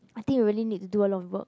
I think we really need to do a lot of work